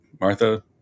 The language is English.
martha